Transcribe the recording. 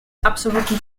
absoluten